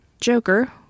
Joker